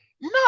No